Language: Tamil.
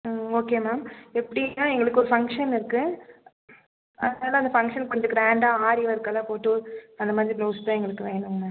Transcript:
ம் ஓகே மேம் எப்படின்னா எங்களுக்கு ஒரு ஃபங்க்ஷன் இருக்குது அதனால் அந்த ஃபங்க்ஷனுக்கு கொஞ்சம் க்ராண்டாக ஆரி ஒர்க்கெலாம் போட்டு அந்தமாதிரி ப்ளவுஸ் தான் எங்களுக்கு வேணுங்க